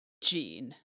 gene